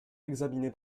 examiné